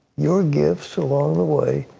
your gifts along the way,